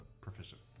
proficient